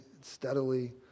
steadily